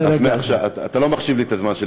אז מעכשיו אני מתחיל לקחת את הזמן.